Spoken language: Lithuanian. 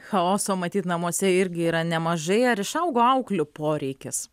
chaoso matyt namuose irgi yra nemažai ar išaugo auklių poreikis